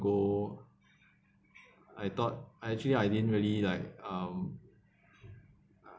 I thought I actually I didn't really like um